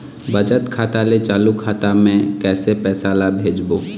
बचत खाता ले चालू खाता मे कैसे पैसा ला भेजबो?